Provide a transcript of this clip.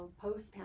post